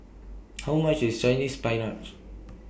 How much IS Chinese Spinach